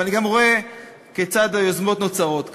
ואני גם רואה כיצד יוזמות נוצרות כאן,